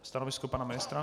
Stanovisko pana ministra?